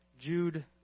Jude